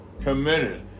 committed